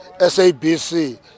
SABC